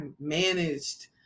managed